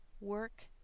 Work